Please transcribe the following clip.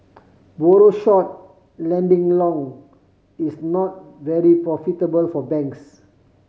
borrow short lending long is not very profitable for banks